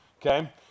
okay